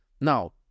Now